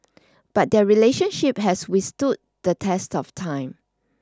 but their relationship has withstood the test of time